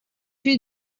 you